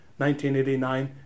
1989